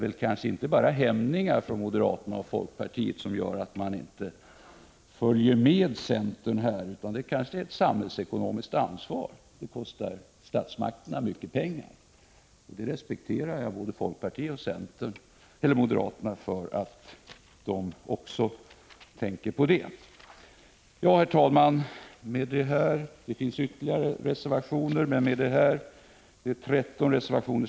Jag tror inte att det bara är hämningar som gör att moderaterna och folkpartiet inte följer med centern utan att de känner ett samhällsekonomiskt ansvar. Jag respekterar folkpartiet och moderaterna för att de också tänker på det. Herr talman! Sammanlagt finns det 13 reservationer fogade till finansutskottets betänkande 34.